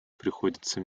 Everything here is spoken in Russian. приходится